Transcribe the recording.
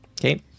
Okay